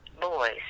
boys